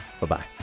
Bye-bye